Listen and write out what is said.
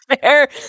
fair